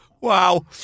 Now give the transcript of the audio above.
Wow